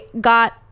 got